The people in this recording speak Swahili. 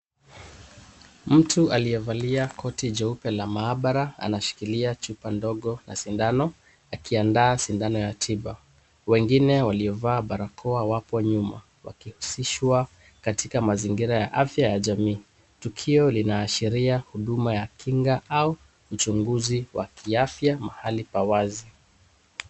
Mtu aliyevalia koti jeupe la maabara anashikilia chupa ndogo na sindano akiandaa sindano ya tiba. Wengine waliovaa barakoa wapo nyuma wakihusishwa katika mazingira ya afya ya jamii. Tukio linaashiria huduma ya kinga au uchunguzi wa kiafya mahali pa wazi.